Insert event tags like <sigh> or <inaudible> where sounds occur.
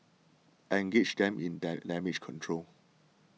engage them in <unintelligible> damage control